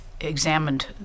examined